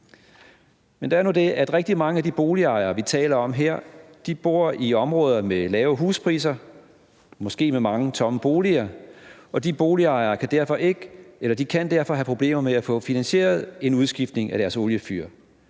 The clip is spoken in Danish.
Men der er nu det, at rigtig mange af de boligejere, vi taler om her, bor i områder med lave huspriser og måske med mange tomme boliger, og de boligejere kan derfor have problemer med at få finansieret en udskiftning af deres oliefyr.